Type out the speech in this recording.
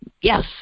Yes